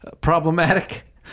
problematic